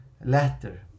letter